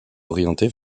orientée